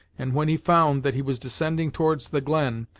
and when he found that he was descending towards the glen,